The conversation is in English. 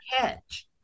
catch